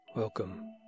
Welcome